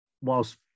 whilst